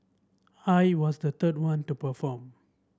I was the third one to perform